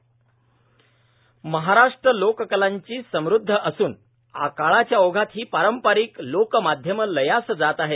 intro Maharashtra लोककलांनी समृध्द असून काळाच्या ओघात ही पारंपारिक लोक माध्यम लयास जात आहेत